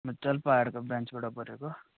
म जलपहाडको ब्रान्चबाट बोलेको